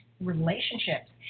relationships